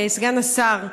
סגן השר,